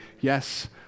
yes